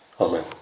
Amen